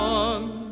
one